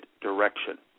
direction